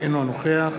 אינו נוכח